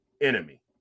enemy